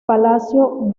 palacio